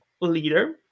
leader